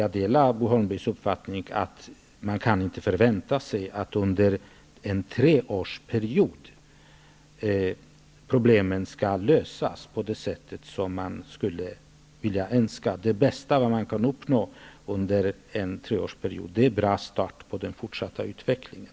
Jag delar Bo Holmbergs uppfattning att man inte kan förvänta sig att problemen skall lösas på det sätt man skulle önska under en treårsperiod. Det bästa man kan uppnå under en treårsperiod är en bra start för den fortsatta utvecklingen.